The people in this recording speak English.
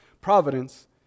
providence